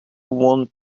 want